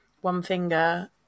one-finger